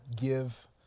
give